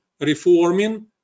reforming